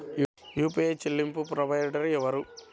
UPI చెల్లింపు service provider ఎవరు?